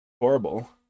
horrible